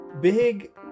big